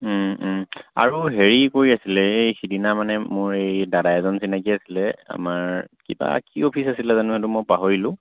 আৰু হেৰি কৰি আছিলে সেইদিনা মানে মোৰ এই দাদা এজন চিনাকি আছিলে আমাৰ কিবা কি অফিচ আছিলে সেইটো মই পাহৰিলোঁ